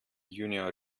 junior